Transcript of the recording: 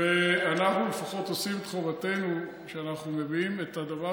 אנחנו לפחות עושים את חובתנו כשאנחנו מביאים את הדבר